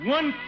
One